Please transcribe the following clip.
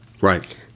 right